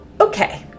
Okay